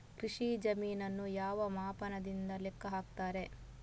ಕೃಷಿ ಜಮೀನನ್ನು ಯಾವ ಮಾಪನದಿಂದ ಲೆಕ್ಕ ಹಾಕ್ತರೆ?